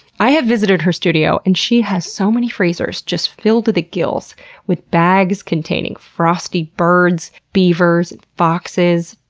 i have visited her studio and she has so many freezers just filled to the gills with bags containing frosty birds, beavers, and foxes,